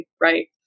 right